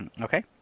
Okay